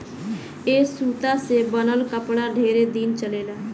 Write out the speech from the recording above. ए सूता से बनल कपड़ा ढेरे दिन चलेला